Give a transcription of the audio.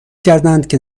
کردندکه